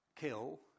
kill